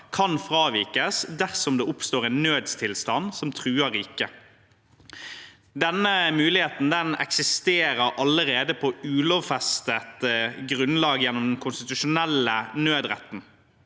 kan fravikes dersom det oppstår en nødstilstand som truer riket. Denne muligheten eksisterer allerede på ulovfestet grunnlag gjennom den konstitusjonelle nødretten.